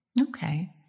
Okay